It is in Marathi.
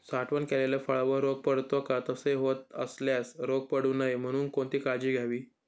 साठवण केलेल्या फळावर रोग पडतो का? तसे होत असल्यास रोग पडू नये म्हणून कोणती काळजी घ्यावी?